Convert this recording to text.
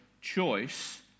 choice